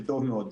זה טוב מאוד.